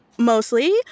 Mostly